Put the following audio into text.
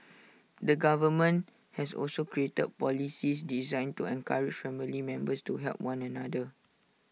the government has also created policies designed to encourage family members to help one another